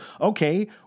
okay